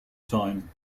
time